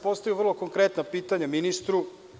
Postavio sam vrlo konkretna pitanja ministru.